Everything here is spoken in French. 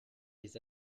les